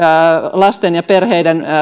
lasten ja perheiden